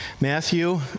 Matthew